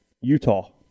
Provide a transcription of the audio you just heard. Utah